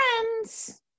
friends